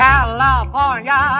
California